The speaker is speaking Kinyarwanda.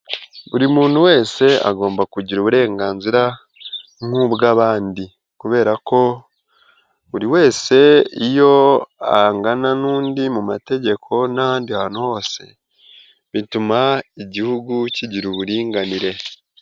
Buri muntu wese agomba kugira uburenganzira nk'ubw'abandi, kubera ko buri wese iyo angana n'undi mu mategeko n'ahandi hantu hose, bituma igihugu kigira uburinganire.